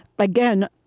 again,